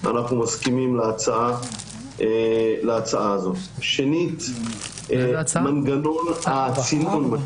אנחנו מסכימים להצעה הזו - מנגנון הצינון,